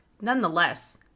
Nonetheless